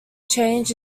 change